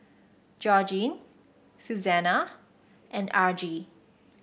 Georgene Susana and Argie